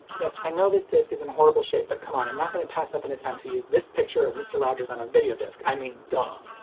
yes i know this disc is in horrible shape, but come on, i'm not gonna pass up an attempt to use this picture of mr. rogers on a videodisc, i mean duh.